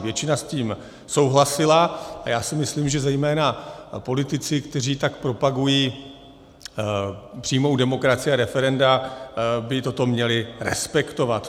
Většina s tím souhlasila a myslím si, že zejména politici, kteří tak propagují přímou demokracii a referenda, by toto měli respektovat.